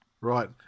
right